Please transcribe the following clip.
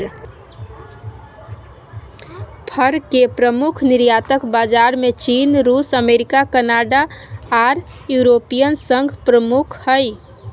फर के प्रमुख निर्यातक बाजार में चीन, रूस, अमेरिका, कनाडा आर यूरोपियन संघ प्रमुख हई